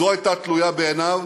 זו הייתה תלויה בעיניו